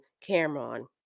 Cameron